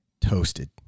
toasted